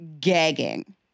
gagging